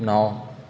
नौ